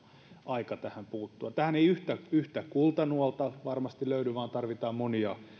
aika tähän puuttua tähän ei yhtä yhtä kultanuolta varmasti löydy vaan tarvitaan monia